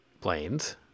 planes